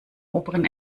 oberen